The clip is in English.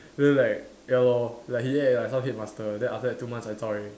then like ya lor like he act like some headmaster then after that two months I zao already